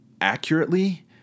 accurately